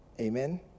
Amen